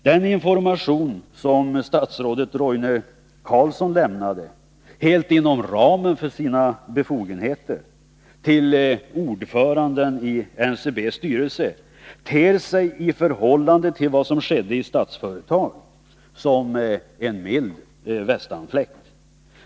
Den information som statsrådet Roine Carlsson lämnade, helt inom ramen för sina befogenheter, till ordföranden i NCB:s styrelse ter sig i förhållande till vad som skedde i Statsföretag som en mild västanfläkt.